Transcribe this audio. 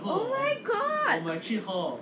oh my god